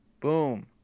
boom